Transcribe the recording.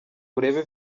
urebe